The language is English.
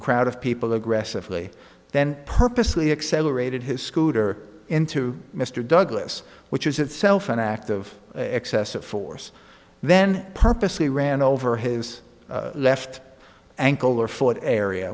crowd of people aggressively then purposely accelerated his scooter into mr douglas which is itself an act of excessive force then purposely ran over his left ankle or foot area